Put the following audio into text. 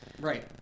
Right